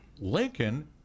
Lincoln